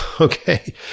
okay